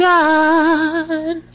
God